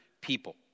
people